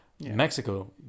Mexico